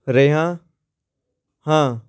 ਰਿਹਾ ਹਾਂ